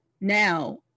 Now